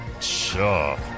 Sure